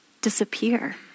disappear